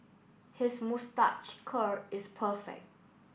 his moustache curl is perfect